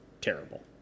terrible